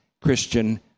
Christian